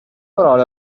parole